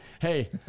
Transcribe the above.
Hey